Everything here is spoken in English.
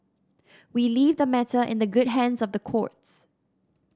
we leave the matter in the good hands of the courts